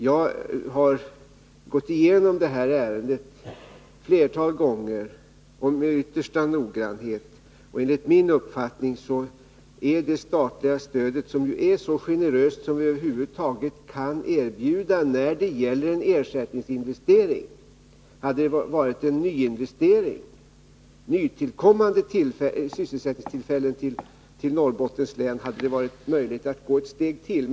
Jag har gått igenom detta ärende flera gånger med yttersta noggrannhet, och enligt min uppfattning är det statliga stödet så generöst som vi över huvud taget kan erbjuda när det gäller en ersättningsinvestering. Om det varit en nyinvestering, med nytillkommande sysselsättningtillfällen i Norrbottens län, hade det varit möjligt att gå ett steg till.